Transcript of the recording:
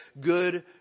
good